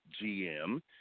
GM